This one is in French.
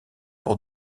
pour